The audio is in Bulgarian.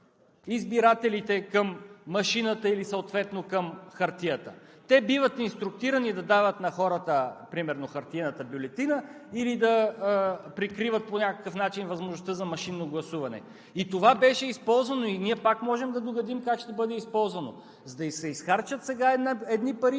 избирателите към машината или към хартията. Те биват инструктирани да дават на хората примерно хартиената бюлетина или да прикриват по някакъв начин възможността за машинно гласуване. Това беше използвано и ние можем да догадим как пак ще бъде използвано, за да се изхарчат сега едни пари